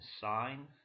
sign